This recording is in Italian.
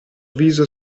viso